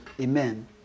Amen